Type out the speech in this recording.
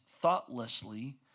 thoughtlessly